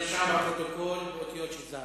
נרשם בפרוטוקול באותיות של זהב.